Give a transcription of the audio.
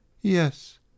Yes